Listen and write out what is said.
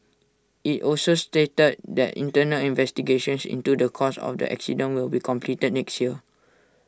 IT also stated that internal investigations into the cause of the accident will be completed next year